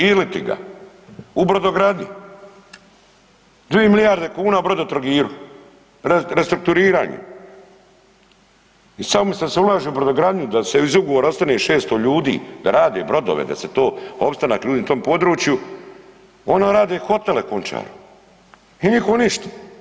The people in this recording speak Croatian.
Ili ti ga, u brodogradnji 2 milijarde kuna Brodotrogiru, restrukturiranje i sad umjesto da se ulaže u brodogradnju da se iz ugovora ostane 600 ljudi da rade brodove da se to opstanak ljudi na tom području ono rade hotele Končar i nikom ništa.